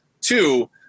two